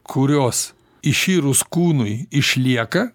kurios iširus kūnui išlieka